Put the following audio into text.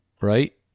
right